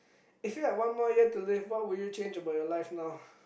if you have one more year to live what would you change about your life now